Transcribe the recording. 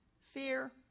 fear